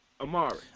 Amari